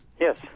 Yes